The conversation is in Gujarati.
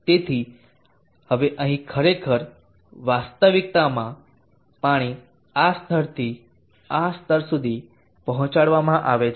તેથી હવે અહીં ખરેખર વાસ્તવિકતામાં પાણી આ સ્તરથી આ સ્તર સુધી પહોંચાડવામાં આવે છે